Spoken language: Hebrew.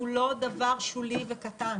הצגנו בממשלה את תוכנית היישום הלאומית שקרויה "תוכנית